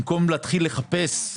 במקום להתחיל לחפש מורים,